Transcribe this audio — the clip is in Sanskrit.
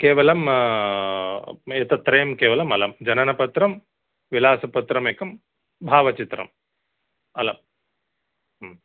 केवलम् एतत्त्रयं केवलम् अलं जननपत्रं विलासपत्रमेकं भावचित्रम् अलम्